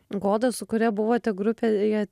goda su kuria buvote grupėje